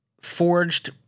forged